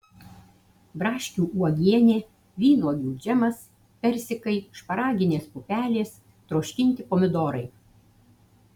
braškių uogienė vynuogių džemas persikai šparaginės pupelės troškinti pomidorai